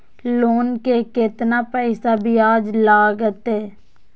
Loan के केतना पैसा ब्याज लागते?